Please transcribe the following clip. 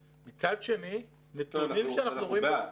אנחנו בעד.